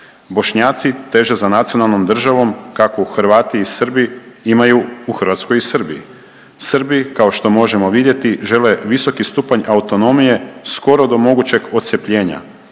Bošnjaci teže za nacionalnom državom kakvu Hrvati i Srbi imaju u Hrvatskoj i Srbiji. Srbi kao što možemo vidjeti žele visoki stupanj autonomije skoro do mogućeg odcjepljenja.